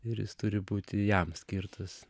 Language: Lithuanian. ir jis turi būti jam skirtas